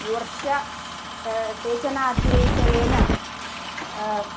वर्ष सेचनाधिशयेन